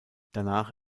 danach